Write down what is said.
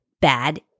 bad